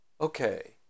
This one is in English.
Okay